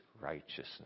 righteousness